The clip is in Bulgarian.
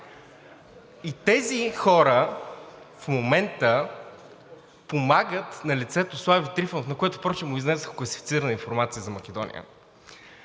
И тези хора в момента помагат на лицето Слави Трифонов, на което впрочем му излезе класифицирана информация за Македония,